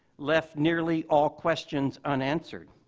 left nearly all questions unanswered.